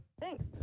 Thanks